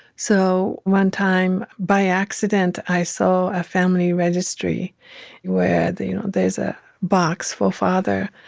so one time by accident, i saw a family registry where they know there's a box for father.